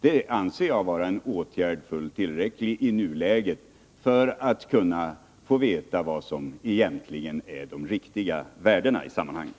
Det anser jag i nuläget vara en fullt tillräcklig åtgärd för att man skall få veta vad som är de riktiga värdena i det här sammanhanget.